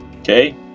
Okay